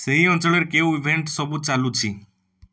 ସେହି ଅଞ୍ଚଳରେ କେଉଁ ଇଭେଣ୍ଟ ସବୁ ଚାଲୁଛି